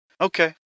Okay